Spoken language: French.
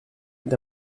est